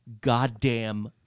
goddamn